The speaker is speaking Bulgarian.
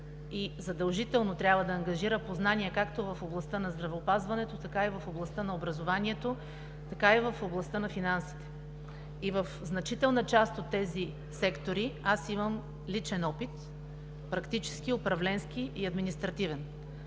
и задължително трябва да ангажира познания както в областта на здравеопазването, така и в областта на образованието, така и в областта на финансите. В значителна част от тези сектори аз имам личен опит – практически, управленски и административен.